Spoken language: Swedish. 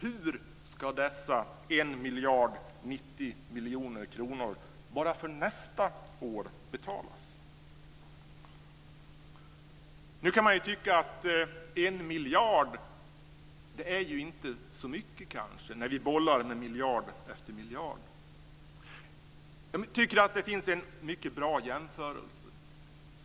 Hur ska dessa 1 090 000 000 kr bara för nästa år betalas? Jag tycker att det finns en mycket bra jämförelse.